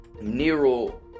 Nero